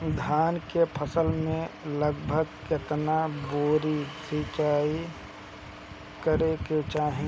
धान के फसल मे लगभग केतना बेर सिचाई करे के चाही?